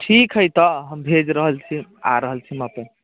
ठीक हइ तऽ हम भेज रहल छी आ रहल छी हम अपने